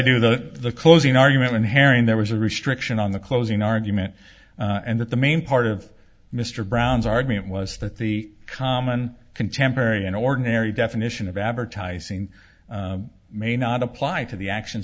do the closing argument when herring there was a restriction on the closing argument and that the main part of mr brown's argument was that the common contemporary in ordinary definition of advertising may not apply to the actions